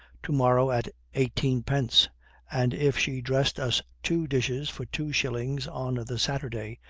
to-morrow at eighteen-pence and if she dressed us two dishes for two shillings on the saturday,